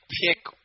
pick